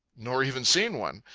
nor even seen one.